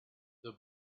the